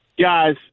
guys